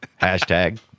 Hashtag